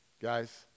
guys